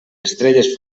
estrelles